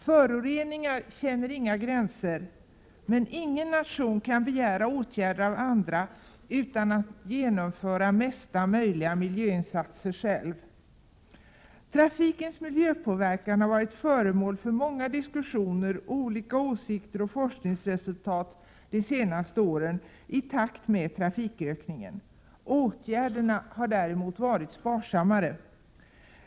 Föroreningar känner inga gränser. Men ingen nation kan begära åtgärder av andra utan att själv genomföra mesta möjliga miljöinsatser. Trafikens miljöpåverkan har i takt med de senaste årens trafikökning varit föremål för många diskussioner. Olika åsikter och skilda forskningsresultat har redovisats. Åtgärderna har däremot varit sparsammare.